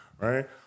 right